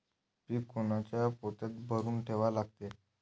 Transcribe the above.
पीक कोनच्या पोत्यात भरून ठेवा लागते?